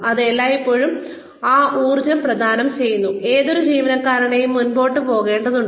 അത് എല്ലായ്പ്പോഴും ആ ഊർജ്ജം പ്രദാനം ചെയ്യുന്നു ഏതൊരു ജീവനക്കാരനും മുന്നോട്ട് പോകേണ്ടതുണ്ട്